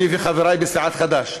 אני וחברי בסיעת חד"ש,